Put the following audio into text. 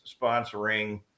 sponsoring